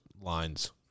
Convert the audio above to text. lines